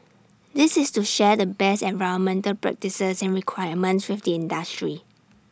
this is to share the best environmental practices and requirements with the industry